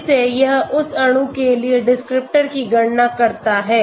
फिर से यह उस अणु के लिए डिस्क्रिप्टर की गणना करता है